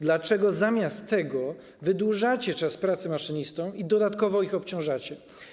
Dlaczego zamiast tego wydłużacie czas pracy maszynistom i dodatkowo ich obciążacie?